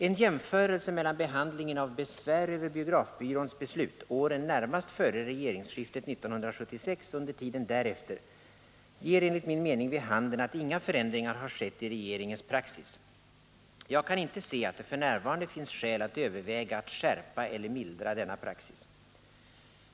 En jämförelse mellan behandlingen av besvär över biografbyråns beslut åren närmast före regeringsskiftet 1976 och under tiden därefter ger enligt min mening vid handen att inga förändringar har skett i regeringens praxis. Jag kan inte se att det f. n. finns skäl att överväga att skärpa eller mildra denna praxis.